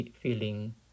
feeling